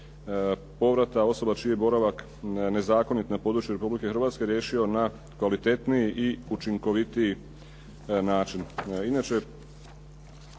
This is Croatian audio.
povratka osoba čiji je boravak nezakonit na području Republike Hrvatske riješio na kvalitetniji i učinkovitiji način.